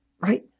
right